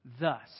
thus